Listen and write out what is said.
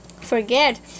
forget